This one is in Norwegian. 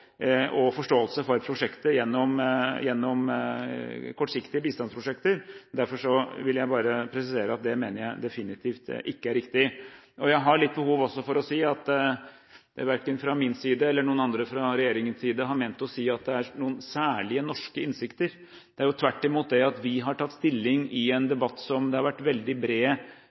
og forståelse for prosjekter gjennom kortsiktige bistandsprosjekter. Derfor vil jeg bare presisere at det mener jeg definitivt ikke er riktig. Jeg har også behov for å si at verken jeg eller andre i regjeringen har ment å si at det er noen særlige norske innsikter. Tvert imot har vi har tatt stilling i en sak det har vært veldig